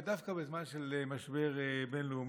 ודווקא בזמן של משבר בין-לאומי,